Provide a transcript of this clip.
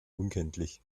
unkenntlich